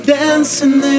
dancing